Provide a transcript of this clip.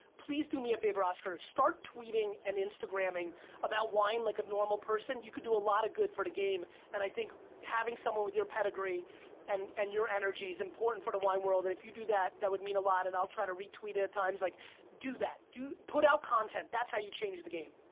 please do me a favor, oscar. start tweeting and instagramming about wine like a normal person, you could do a lot of good for the game and i think having someone with your pedigree and and your energy's important for the wine world and if you do that, that would mean a lot and i'll try to retweet it at times, like do that. put out content, that's how you change the game.